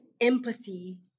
empathy